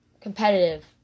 competitive